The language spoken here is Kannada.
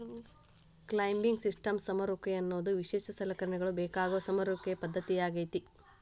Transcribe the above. ಕ್ಲೈಂಬಿಂಗ್ ಸಿಸ್ಟಮ್ಸ್ ಸಮರುವಿಕೆ ಅನ್ನೋದು ವಿಶೇಷ ಸಲಕರಣೆಗಳ ಬೇಕಾಗೋ ಸಮರುವಿಕೆಯ ಪದ್ದತಿಯಾಗೇತಿ